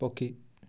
ପକ୍ଷୀ